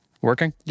working